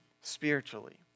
spiritually